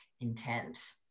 intent